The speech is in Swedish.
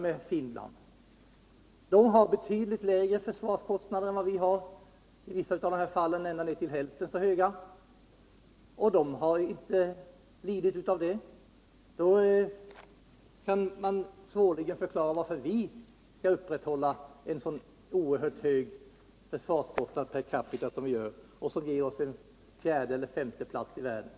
Dessa länder har betydligt lägre försvarskostnader än vi, i vissa fall ända ned till hälften så höga, och de har inte lidit av detta. Då kan man svårligen förklara varför vi skall upprätthålla en sådan ocrhört hög försvarskostnad per capita som vi gör och som ger oss fjärde eller femte plats i världen.